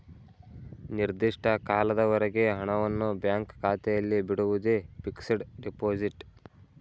ನಿರ್ದಿಷ್ಟ ಕಾಲದವರೆಗೆ ಹಣವನ್ನು ಬ್ಯಾಂಕ್ ಖಾತೆಯಲ್ಲಿ ಬಿಡುವುದೇ ಫಿಕ್ಸಡ್ ಡೆಪೋಸಿಟ್